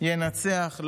ינצח,